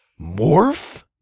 Morph